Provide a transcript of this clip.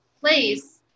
place